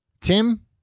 Tim